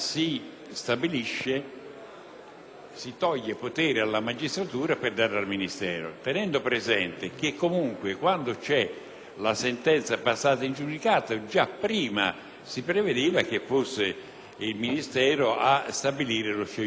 si toglie potere alla magistratura per darlo al Ministero, tenendo presente che comunque, quando c'è una sentenza passata in giudicato, già prima si prevedeva che fosse il Ministero a stabilire lo scioglimento definitivo dell'associazione.